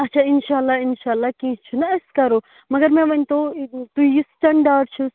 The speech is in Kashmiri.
اَچھا اِنشاء اللہ اِنشاء اللہ کیٚنٛہہ چھُنہٕ أسۍ کَرو مگر مےٚ ؤنۍتو یہِ تُہۍ یہِ سِٹٮ۪نٛڈاڈ چھِ